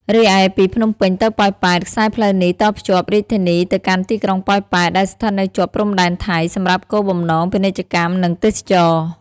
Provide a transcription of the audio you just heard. រីឯពីភ្នំពេញទៅប៉ោយប៉ែត ខ្សែផ្លូវនេះតភ្ជាប់រាជធានីទៅកាន់ទីក្រុងប៉ោយប៉ែត ដែលស្ថិតនៅជាប់ព្រំដែនថៃ សម្រាប់គោលបំណងពាណិជ្ជកម្ម និងទេសចរណ៍។